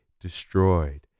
destroyed